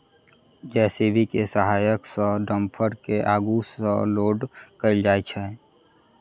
JCB के सहायता सॅ डम्फर के आगू सॅ लोड कयल जाइत छै